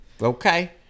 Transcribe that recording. Okay